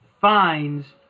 finds